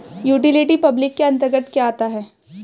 Utility public के अंतर्गत क्या आता है?